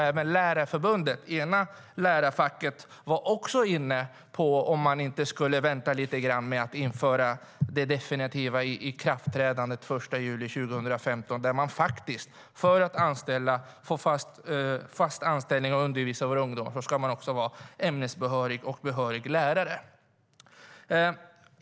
Även Lärarförbundet var inne på att man kanske borde vänta lite grann med att införa det definitiva ikraftträdandet den 1 juli 2015, när man för att få fast anställning och få undervisa våra ungdomar också ska vara ämnesbehörig och behörig lärare.